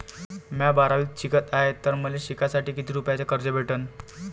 म्या बारावीत शिकत हाय तर मले शिकासाठी किती रुपयान कर्ज भेटन?